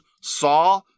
saw